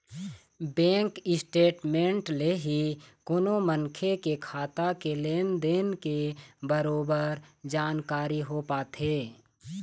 bank statement ले ही कोनो मनखे के खाता के लेन देन के बरोबर जानकारी हो पाथे